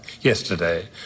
yesterday